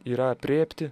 yra aprėpti